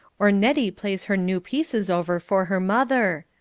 or nettie plays her new pieces over for her mother.